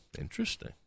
Interesting